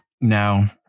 now